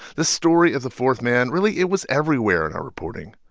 this story of the fourth man, really, it was everywhere in our reporting.